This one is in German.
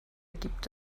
gibt